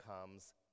comes